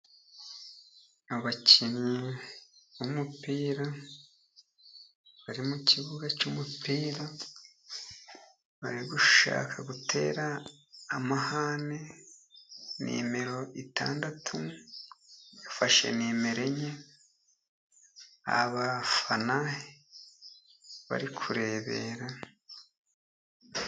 Abakinnyi b'umupira bari mu kibuga cy'umupira, bari gushaka gutera amahane, nimero esheshatu yafashe nimero enye, abafana bari kurebera.